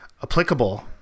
applicable